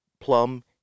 Plum